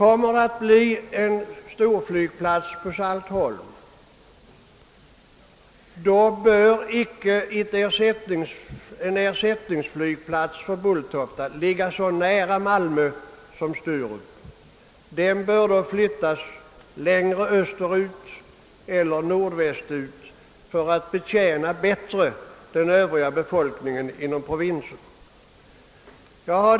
Om det blir en storflygplats på Saltholm, bör ersättningsflygplatsen för Bulltofta icke ligga så nära Malmö som Sturup gör. Den bör då flyttas längre mot öster eller norr för att bättre betjäna den övriga befolkningen inom provinsen.